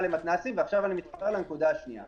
אני לא מוכן להוריד את סכום המינימום,